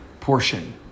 portion